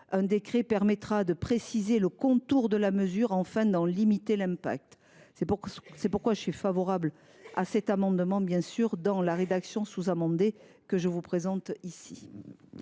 un décret permettra de préciser le contour de la mesure afin d’en limiter l’impact. Je suis donc favorable à l’amendement n° 129, dans la rédaction sous amendée que je vous présente ici.